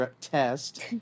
Test